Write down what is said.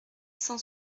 cent